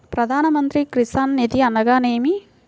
ప్రధాన మంత్రి కిసాన్ నిధి అనగా నేమి?